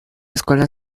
escuela